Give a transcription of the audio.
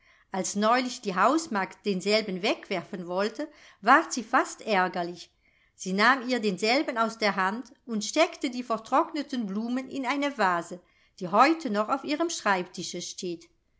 als neulich die hausmagd denselben wegwerfen wollte ward sie fast ärgerlich sie nahm ihr denselben aus der hand und steckte die vertrockneten blumen in eine vase die heute noch auf ihrem schreibtische steht